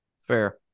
fair